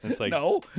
No